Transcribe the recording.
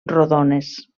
rodones